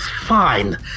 fine